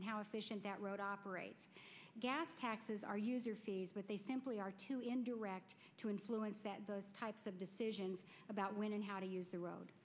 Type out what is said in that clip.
in how efficient that road operates gas taxes are used but they simply are too indirect to influence those types of decisions about when and how to use the road